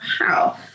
wow